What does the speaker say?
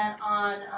on